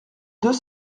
deux